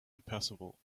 impassable